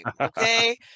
okay